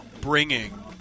bringing –